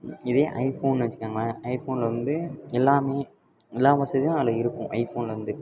இதே ஐஃபோன்னு வச்சுக்கோங்களேன் ஐஃபோனில் வந்து எல்லாமே எல்லா வசதியும் அதில் இருக்கும் ஐஃபோனில் வந்து